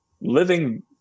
living